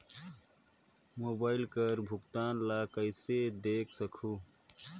Mobile कर भुगतान ला कइसे देख सकहुं?